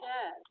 Yes